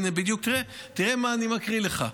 תראה מה אני מקריא לך: